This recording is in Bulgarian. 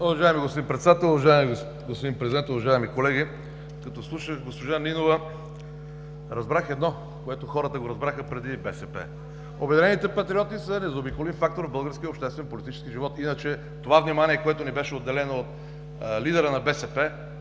Уважаеми господин Председател, уважаеми господин Президент, уважаеми колеги! Като слушах госпожа Нинова, разбрах едно, което хората го разбраха преди БСП – „Обединените патриоти“ са незаобиколим фактор в българския обществено-политически живот. Иначе това внимание, което ни беше отделено от лидера на БСП,